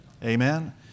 Amen